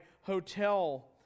hotel